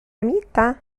amita